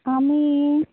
আমিই